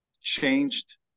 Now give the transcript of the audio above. changed